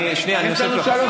יש לי שלוש דקות.